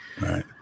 Right